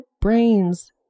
brains